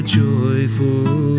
joyful